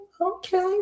Okay